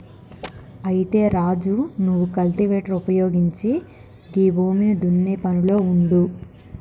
అయితే రాజు నువ్వు కల్టివేటర్ ఉపయోగించి గీ భూమిని దున్నే పనిలో ఉండు